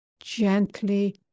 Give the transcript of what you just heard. Gently